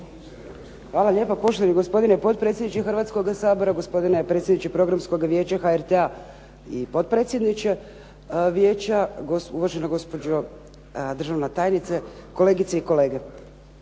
Hvala lijepa. Poštovani gospodine potpredsjedniče Hrvatskoga sabora, gospodine predsjedniče Programskoga vijeća HRT-a i potpredsjedniče Vijeća, uvažena gospodo državna tajnice, kolegice i kolege.